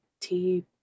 Tea